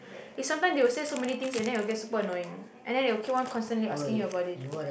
it's sometime they will say so many things and then it will get super annoying and then they will keep on constantly asking you about it